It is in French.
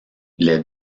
les